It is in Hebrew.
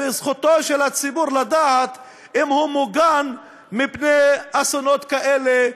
וזכותו של הציבור לדעת אם הוא מוגן מפני אסונות כאלה,